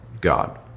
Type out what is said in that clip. God